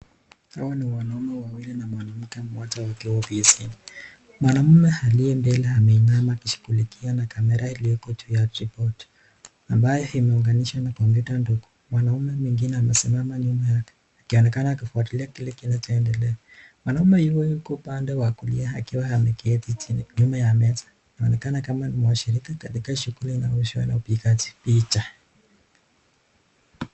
Hawa ni wanaume wawili na mwanamke mmoja wakiwa ofisi, mwanaume aliye mbele ameinama akishugulikia na camera iliyoko juu kibodi ambayo imeunganishwa na kompyuta ndogo. Mwanaume mwingine amesimama nyuma yake akionekana akifuatilia kile kinacho endelea, mwanaume huyu yuko upande wa kulia akiwa ameketi chini nyuma ya meza anaonekana kama ni mwashirika katika shuguli inayohusika na upigaji picha.